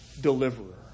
deliverer